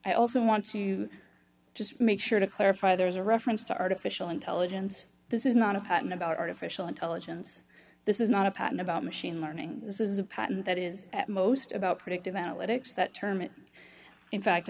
i also want to just make sure to clarify there is a reference to artificial intelligence this is not a patent about artificial intelligence this is not a patent about machine learning this is a patent that is at most about predictive analytics that term it in fact